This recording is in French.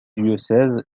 diocèse